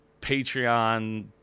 Patreon